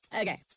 Okay